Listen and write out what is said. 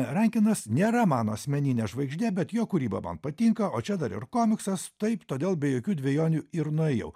rankenas nėra mano asmeninė žvaigždė bet jo kūryba man patinka o čia dar ir komiksas taip todėl be jokių dvejonių ir nuėjau